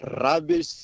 rubbish